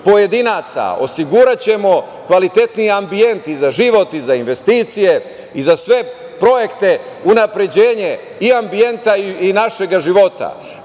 pojedinaca, osiguraćemo kvalitetniji ambijent i za život i za investicije i za sve projekte, unapređenje i ambijenta i našega